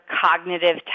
cognitive